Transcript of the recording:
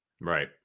Right